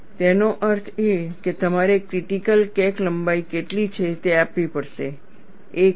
તેનો અર્થ એ કે તમારે ક્રિટીકલ ક્રેક લંબાઈ કેટલી છે તે આપવી પડશે એક c